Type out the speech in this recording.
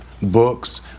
books